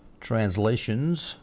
translations